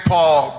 Paul